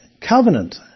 covenant